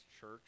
church